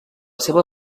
seva